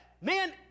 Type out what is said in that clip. Man